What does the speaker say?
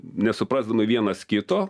nesuprasdami vienas kito